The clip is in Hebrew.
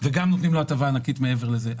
וגם נותנים לו הטבה ענקית מעבר לזה.